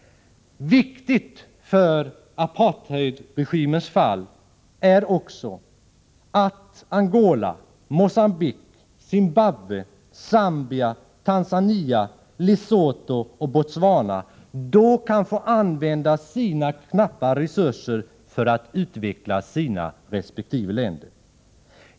Viktigt för apartheidregimens fall är också att Angola, Mogambique, Zimbabwe, Zambia, Tanzania, Lesotho och Botswana då kan få använda de knappa resurserna för att utveckla resp. länder.